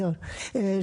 אמר,